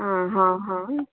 ଆଁ ହଁ ହଁ